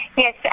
Yes